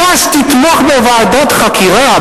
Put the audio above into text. ש"ס תתמוך בוועדת חקירה.